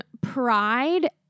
pride